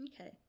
Okay